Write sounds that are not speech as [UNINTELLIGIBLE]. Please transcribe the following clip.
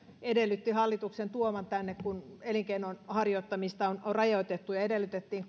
edellytti hallituksen tuovan tänne kun elinkeinon harjoittamista on on rajoitettu ja edellytettiin [UNINTELLIGIBLE]